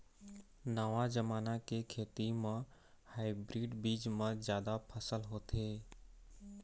नवा जमाना के खेती म हाइब्रिड बीज म जादा फसल होथे